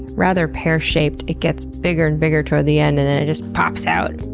rather pear shaped, it gets bigger and bigger towards the end and then it just pops out.